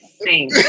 sing